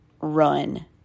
run